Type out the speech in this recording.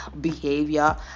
behavior